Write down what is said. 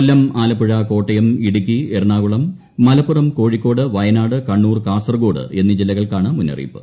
കൊല്ലം ആലപ്പൂഴ് ക്ലോട്ടയം ഇടുക്കി എറണാകുളം മലപ്പുറം കോഴിക്കോട് വയനാട് കണ്ണൂർ കാസർഗോഡ് എന്നീ ജില്ലകൾക്കാണ് മുന്നറിയിപ്പ്